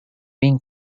been